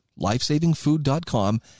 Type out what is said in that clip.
LifesavingFood.com